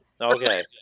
okay